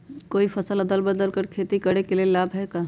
कोई फसल अदल बदल कर के खेती करे से लाभ है का?